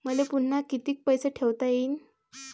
मले पुन्हा कितीक पैसे ठेवता येईन?